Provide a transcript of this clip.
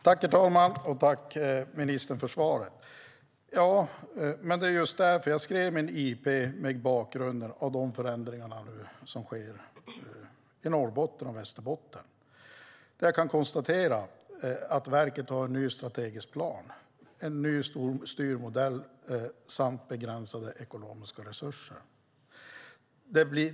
Herr talman! Tack, ministern, för svaret! Jag skrev min interpellation mot bakgrund av de förändringar som nu sker i Norrbotten och Västerbotten. Jag kan konstatera att verket har en ny strategisk plan, en ny styrmodell samt begränsade ekonomiska resurser.